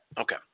Okay